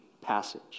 passage